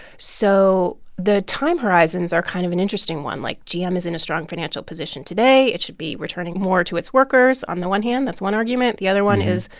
so the time horizons are kind of an interesting one. like gm is in a strong financial position today. it should be returning more to its workers, on the one hand. that's one argument. the other one is,